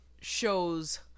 shows